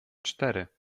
cztery